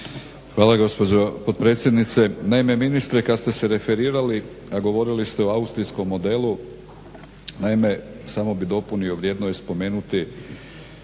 Hvala gospođo potpredsjednice. Naime ministre kad ste se referirali, a govorili ste o austrijskom modelu, naime samo bih dopunio, vrijedno je spomenuti